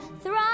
thrive